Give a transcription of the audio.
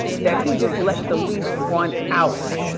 that he just let the lease run out.